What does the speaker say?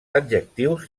adjectius